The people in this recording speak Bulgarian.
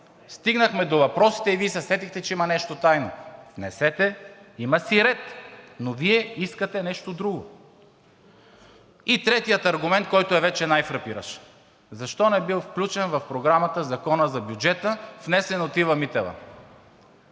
Стигнахме до въпросите и Вие се сетихте, че има нещо тайно. Внесете, има си ред! Но Вие искате нещо друго. И третият аргумент, който е вече най-фрапиращ: защо не бил включен в Програмата Законопроектът за бюджета, внесен от Ива Митева?!